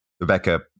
Rebecca